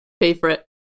favorite